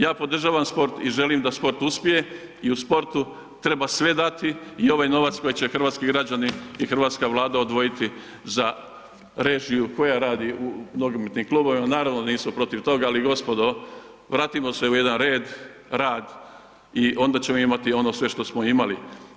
Ja podržavam sport i želim da sport uspije i u sportu treba sve dati i ovaj novac koji će hrvatski građani i hrvatska Vlada odvojiti za režiju koja radi u nogometnim klubovima, naravno da nisu protiv toga ali gospodo vratimo se u jedan red, rad i onda ćemo imati sve ono što smo imali.